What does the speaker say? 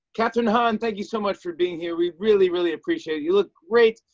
kathryn hahn, thank you so much for being here. we really, really appreciate it. you look great.